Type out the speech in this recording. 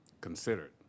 considered